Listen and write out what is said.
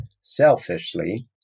selfishly